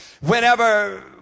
whenever